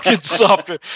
softer